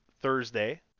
Thursday